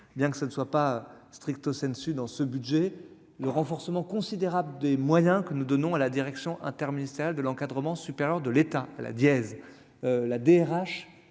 bien que ce ne soit pas stricto sensu dans ce budget, le renforcement considérable des moyens que nous donnons à la Direction interministérielle de l'encadrement supérieur de l'État la dièse, la DRH